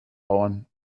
bauern